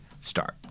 start